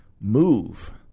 move